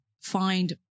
find